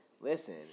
Listen